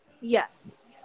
yes